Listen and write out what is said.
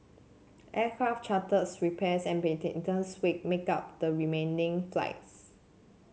aircraft charters repairs and maintenance wake make up the remaining flights